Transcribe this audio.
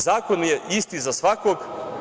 Zakon je isti za svakog.